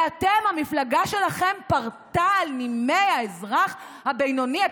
ואתם, המפלגה שלכם פרטה על נימי האזרח הבינוני.